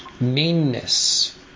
meanness